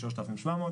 3,700 שקלים,